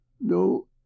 no